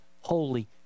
holy